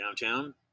downtown